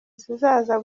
zizaza